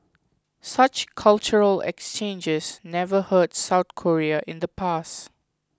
such cultural exchanges never hurt South Korea in the past